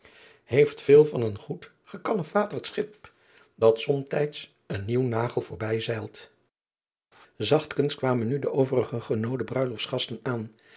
heeft veel van een goed gekalefaterd schip dat somtijds een nieuw nagel voorbijzeilt achtkens kwamen nu de overig genoode ruilofts gasten aan